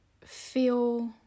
feel